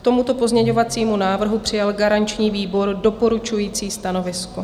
K tomuto pozměňovacímu návrhu přijal garanční výbor doporučující stanovisko.